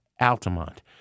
Altamont